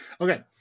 Okay